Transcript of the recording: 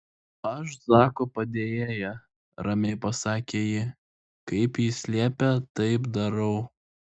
aš zako padėjėja ramiai pasakė ji kaip jis liepia taip darau